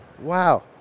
Wow